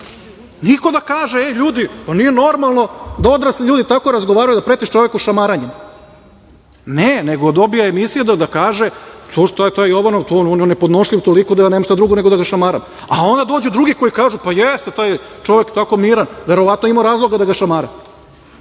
Niko da kaže – ljudi, nije normalno da odrasli ljudi tako razgovaraju, da pretiš čoveku šamaranjem. Ne, nego dobije emisije da kaže – taj Jovanov, on je nepodnošljiv toliko da ja nemam šta drugo nego da ga šamaram, a onda dođu drugi pa kažu – jeste, taj je čovek tako miran, verovatno je imao razloga da ga šamara. Sada